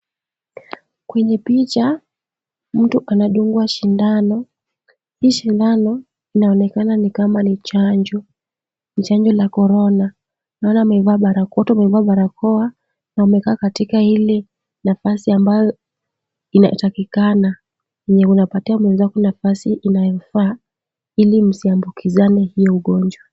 Kwenye picha, mtu anadungwa sindano. Hii sindano inaonekana ni kama ni chanjo. Ni chanjo la corona . Naona amevaa barakoa. Wote wamevaa barakoa na wamekaa katika hili nafasi ambayo inatakikana yenye unapatia mwenzako nafasi inayofaa ili msiambukizane hiyo ugonjwa.